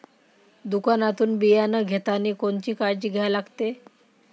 दुकानातून बियानं घेतानी कोनची काळजी घ्या लागते?